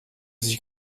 sich